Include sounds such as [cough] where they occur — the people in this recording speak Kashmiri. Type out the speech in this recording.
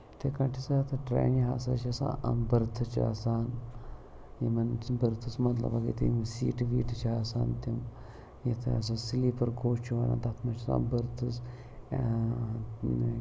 یِتھَے کٲٹھۍ ہَسا اَتھٕ ٹرٛینہِ ہَسا چھِ آسان [unintelligible] بٔرتھ چھِ آسان یِمَن ژٕ بٔرتھٕز مطلب اگر یُتھُے یِم سیٖٹہٕ ویٖٹہٕ چھِ آسان تِم یَتھ ہَسا سِلیٖپَر کوچ چھُ وَنان تَتھ منٛز چھِ آسان بٔرتھٕز